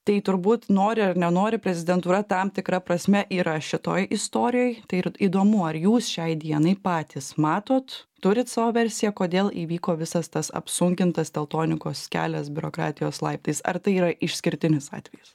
tai turbūt nori ar nenori prezidentūra tam tikra prasme yra šitoj istorioj tai ir įdomu ar jūs šiai dienai patys matot turit savo versiją kodėl įvyko visas tas apsunkintas teltonikos kelias biurokratijos laiptais ar tai yra išskirtinis atvejis